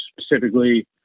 specifically